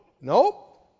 Nope